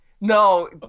No